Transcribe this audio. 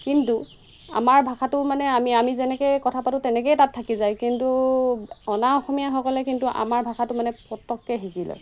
কিন্তু আমাৰ ভাষাটো মানে আমি আমি যেনেকৈ কথা পাতোঁ তেনেকৈয়ে তাত থাকি যায় কিন্তু অনাঅসমীয়াসকলে কিন্তু আমাৰ ভাষাটো মানে পটককৈ শিকি লয়